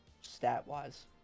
stat-wise